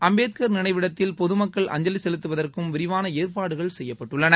அம்பேத்கர் நினைவிடத்தில் பொதுமக்கள் அஞ்சலி செலுத்துவதற்கும் விரிவான ஏற்பாடுகள் செய்யப்பட்டுள்ளன